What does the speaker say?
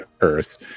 Earth